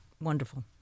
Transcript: wonderful